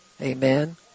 Amen